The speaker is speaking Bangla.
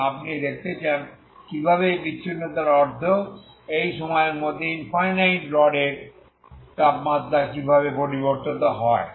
এবং আপনি দেখতে চান কিভাবে এই বিচ্ছিন্নতার অর্থ এই সময়ের মধ্যে ইনফাইনাইট রড এর তাপমাত্রা কিভাবে পরিবর্তিত হয়